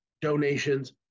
donations